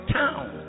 town